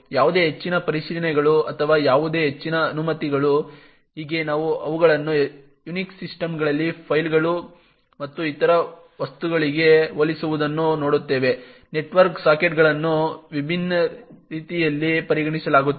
ಯಾವುದೇ ಹೆಚ್ಚಿನ ಪರಿಶೀಲನೆಗಳು ಅಥವಾ ಯಾವುದೇ ಹೆಚ್ಚಿನ ಅನುಮತಿಗಳು ಹೀಗೆ ನಾವು ಅವುಗಳನ್ನು ಯುನಿಕ್ಸ್ ಸಿಸ್ಟಮ್ನಲ್ಲಿ ಫೈಲ್ಗಳು ಮತ್ತು ಇತರ ವಸ್ತುಗಳಿಗೆ ಹೋಲಿಸುವುದನ್ನು ನೋಡುತ್ತೇವೆ ನೆಟ್ವರ್ಕ್ ಸಾಕೆಟ್ಗಳನ್ನು ವಿಭಿನ್ನ ರೀತಿಯಲ್ಲಿ ಪರಿಗಣಿಸಲಾಗುತ್ತದೆ